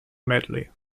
medley